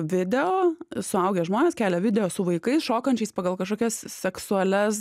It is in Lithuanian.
video suaugę žmonės kelia video su vaikais šokančiais pagal kažkokias seksualias